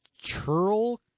churl